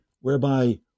whereby